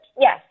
yes